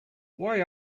why